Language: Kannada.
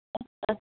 ಹಾಂ ಹಾಂ